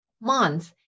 month